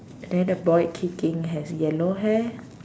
then the boy kicking has yellow hair